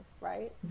right